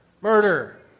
Murder